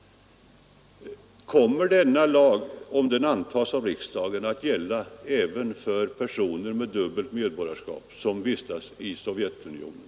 Kommer denna lag, om den antas av riksdagen, att gälla även för personer med dubbelt medborgarskap som vistas i Sovjetunionen?